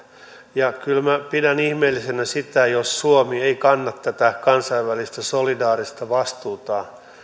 ja kyllä minä pidän ihmeellisenä sitä jos suomi ei kanna tätä kansainvälistä solidaarista vastuutaan